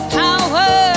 power